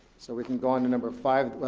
so we can go on to number five.